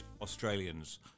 Australians